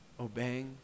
obeying